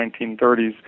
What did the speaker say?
1930s